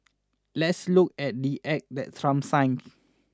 let's look at the act that Trump signed